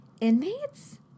inmates